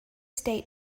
state